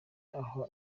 aho